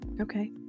Okay